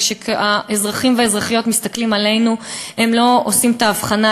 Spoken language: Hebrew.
כשהאזרחים והאזרחיות מסתכלים עלינו הם לא עושים את ההבחנה,